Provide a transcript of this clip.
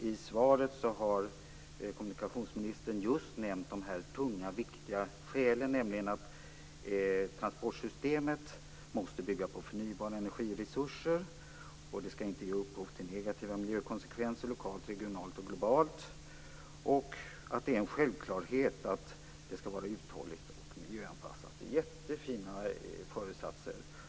I svaret har kommunikationsministern just nämnt de tunga viktiga skälen, nämligen att transportsystemet måste bygga på förnybara energiresurser och att det inte skall ge upphov till negativa miljökonsekvenser lokalt, regionalt och globalt. Det är en självklarhet att det skall vara uthålligt och miljöanpassat. Det är jättefina föresatser.